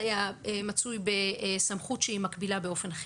השחרור הן החלטות שבאמת לא ניתן היה לקבלן אלא על ידי בית המשפט